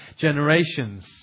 generations